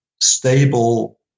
stable